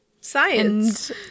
Science